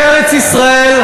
ארץ-ישראל,